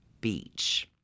Beach